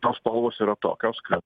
tos spalvos yra tokios kad